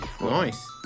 Nice